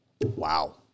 wow